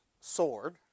sword